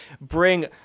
Bring